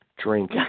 drink